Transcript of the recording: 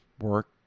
work